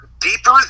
deeper